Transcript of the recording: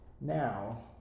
Now